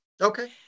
Okay